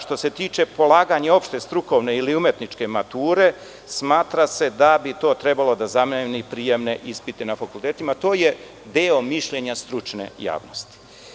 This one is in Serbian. Što se tiče polaganja opšte strukovne ili umetničke mature, smatra se da bi to trebalo da zameni prijemne ispite na fakultetima, to je deo mišljenja stručne javnosti.